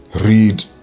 read